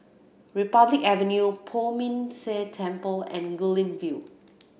Republic Avenue Poh Ming Tse Temple and Guilin View